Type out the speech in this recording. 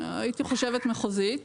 הייתי חושבת שהמחוזית.